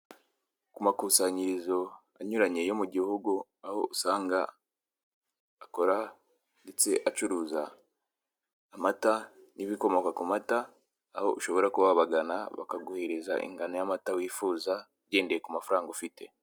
Ku makusanyirizo anyuranye yo mu gihugu, aho usanga akora ndetse acuruza amata n'ibikomoka ku mata, aho ushobora kuba wabagana bakaguhereza ingano y'amata wifuza ugendeye ku mafaranga ufite.